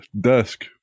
desk